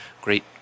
great